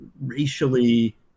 racially-